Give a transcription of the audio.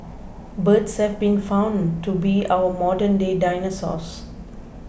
birds have been found to be our modernday dinosaurs